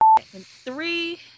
Three